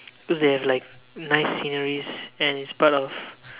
cause they have like nice sceneries and it's part of